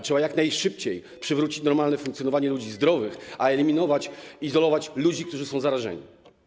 Trzeba jak najszybciej przywrócić normalne funkcjonowanie ludzi zdrowych, a eliminować, izolować ludzi, którzy są zarażeni.